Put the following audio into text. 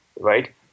right